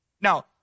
Now